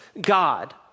God